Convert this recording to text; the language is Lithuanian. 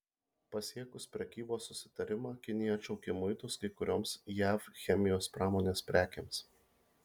pasiekus prekybos susitarimą kinija atšaukė muitus kai kurioms jav chemijos pramonės prekėms